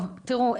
טוב, תראו.